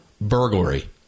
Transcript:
burglary